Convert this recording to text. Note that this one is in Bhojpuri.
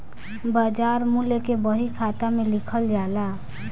बाजार मूल्य के बही खाता में लिखल जाला